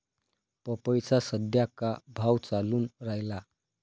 पपईचा सद्या का भाव चालून रायला?